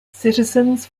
citizens